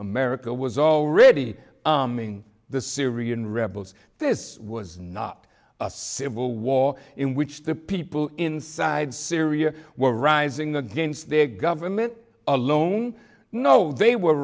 america was already the syrian rebels this was not a civil war in which the people inside syria were rising against their government alone no they were